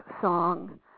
song